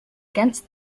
against